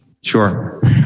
sure